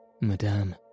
madame